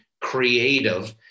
creative